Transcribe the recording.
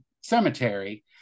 cemetery